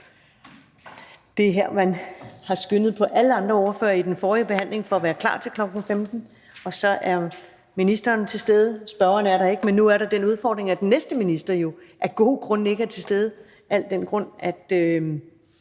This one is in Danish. Det er her, man har skyndet på alle ordførere i den forrige behandling for at være klar til kl. 15.00, og så er ministeren til stede, men spørgeren er der ikke. Og nu er der den udfordring, at den næste minister af gode grunde ikke er til stede, al den stund man